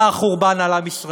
בא החורבן על עם ישראל.